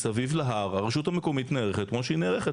מסביב להר הרשות המקומית נערכת כמו שהיא נערכת,